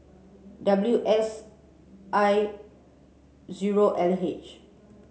W S I zero L H